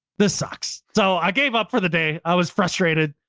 this sucks. so i gave up for the day, i was frustrated.